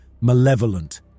malevolent